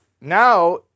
now